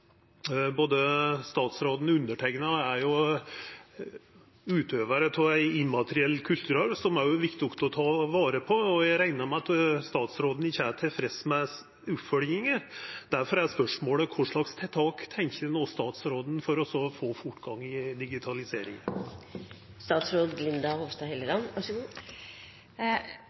Både statsråden og eg er utøvarar av ein immateriell kulturarv som det også er viktig å ta vare på. Eg reknar med at statsråden ikkje er tilfreds med oppfølginga. Difor er spørsmålet: Kva slags tiltak tenkjer statsråden seg for å få fortgang i